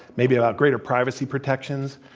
maybe about greater privacy protection.